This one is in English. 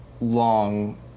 long